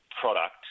product